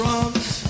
Drums